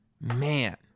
man